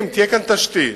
אם תהיה כאן תשתית,